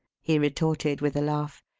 he retorted with a laugh.